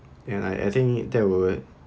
and I I think that would